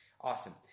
Awesome